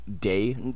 day